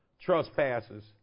trespasses